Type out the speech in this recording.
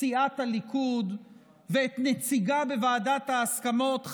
סיעת הליכוד ואת נציגה בוועדת ההסכמות,